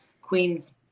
Queens